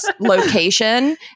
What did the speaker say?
location